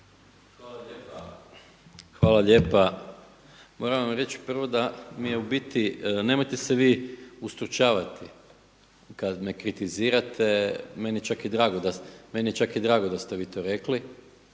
Hvala lijepa. Moram vam reći prvo da mi je u biti, nemojte se vi ustručavati kada me kritizirate. Meni je čak i drago da ste vi to rekli